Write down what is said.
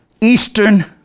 Eastern